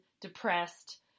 depressed